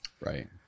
right